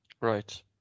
right